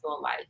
life